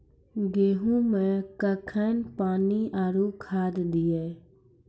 गेहूँ मे कखेन पानी आरु खाद दिये?